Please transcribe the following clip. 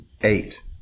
eight